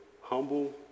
humble